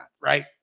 right